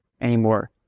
anymore